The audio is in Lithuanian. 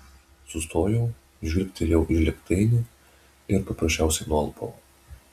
sustojau žvilgtelėjau į žlėgtainį ir paprasčiausiai nualpau